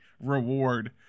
reward